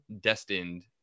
destined